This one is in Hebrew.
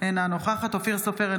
אינה נוכחת אופיר סופר,